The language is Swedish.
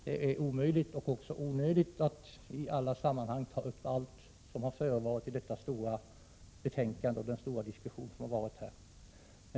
Det är omöjligt och onödigt att i alla sammanhang ta upp allt som har förevarit i detta stora betänkande och den diskussion som har förts. Herr talman!